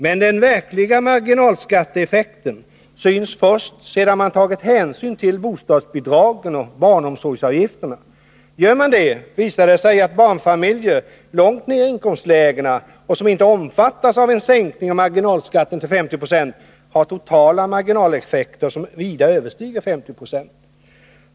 Men den verkliga marginaleffekten syns först sedan man tagit hänsyn till bostadsbidragen och barnomsorgsavgifterna. Gör man det visar det sig att barnfamiljer långt ner i inkomstlägena — också om de inte omfattas av en sänkning av marginalskatten till 50 90 — har totala marginaleffekter som vida överstiger 50 90.